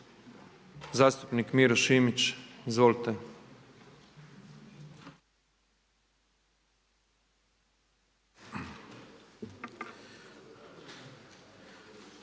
Zastupnik Miro Šimić, izvolite.